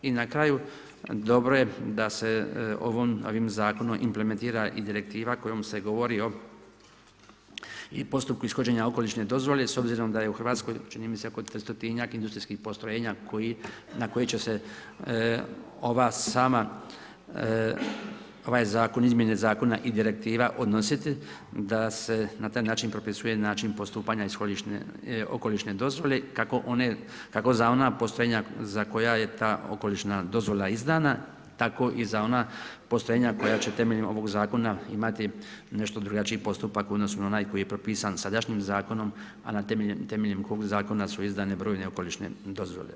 I na kraju dobro je da se ovim zakonom implementira i direktiva kojom se govori o i postupku ishođenja okolišne dozvole s obzirom da je u Hrvatskoj čini mi se oko 300-njak industrijskih postrojenja na koji će se ova sama ovaj zakon izmjene zakona i direktiva odnositi da se na taj način propisuje način postupanja okolišne dozvole kako za ona postrojenja za koja je ta okolišna dozvola izdana, tako i za ona postrojenja koja će temeljem ovog zakona imati nešto drugačiji postupak u odnosu na onaj koji je propisan sadašnjim zakonom, a temeljem kog zakona su izdane brojne okolišne dozvole.